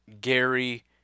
Gary